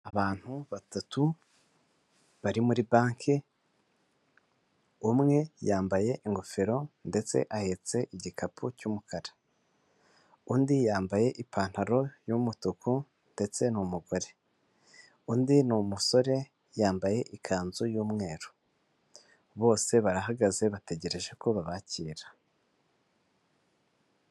Abantu batatu bari muri banki, umwe yambaye ingofero ndetse ahetse igikapu cy'umukara, undi yambaye ipantaro y'umutuku ndetse n'umugore, undi ni umusore yambaye ikanzu y'umweru, bose barahagaze bategereje ko bakirwa.